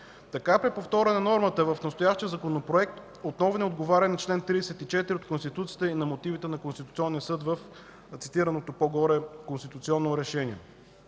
Така преповторена нормата в настоящия Законопроект, отново не отговаря на чл. 34 от Конституцията и на мотивите на Конституционния съд в цитираното по-горе Конституционно решение.